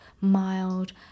mild